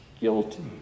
guilty